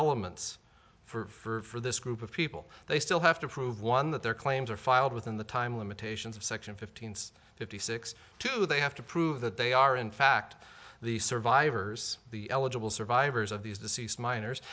elements for this group of people they still have to prove one that their claims are filed within the time limitations of section fifteenth's fifty six two they have to prove that they are in fact the survivors the eligible survivors of these deceased miners